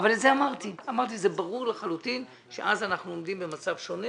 אמרתי שזה ברור לחלוטין שאז אנחנו עומדים במצב שונה